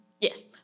Yes